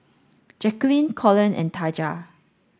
Jacquelin Colon and Taja